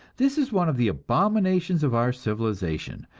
this is one of the abominations of our civilization,